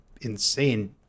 insane